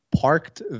parked